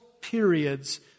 periods